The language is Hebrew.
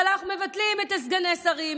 אבל אנחנו מבטלים את סגני השרים,